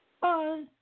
bye